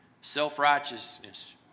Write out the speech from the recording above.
self-righteousness